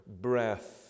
breath